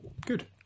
good